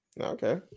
Okay